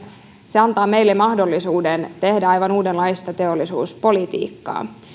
se antaa meille mahdollisuuden tehdä aivan uudenlaista teollisuuspolitiikkaa